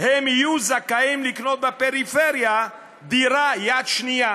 הם יהיו זכאים לקנות בפריפריה דירה יד שנייה.